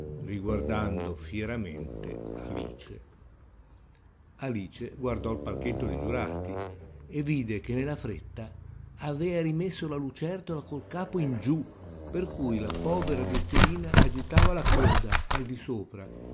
riguardando fieramente alice alice guardò il palchetto de giurati e vide che nella fretta avea rimessa la lucertola col capo in giù per cui la povera bestiolina agitava la coda al di sopra